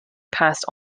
passed